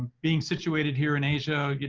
being situated here in asia, yeah